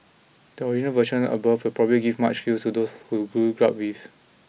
the original version above will probably give much feels to those of you who grew up with